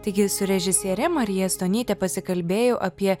taigi su režisiere marija stonyte pasikalbėjau apie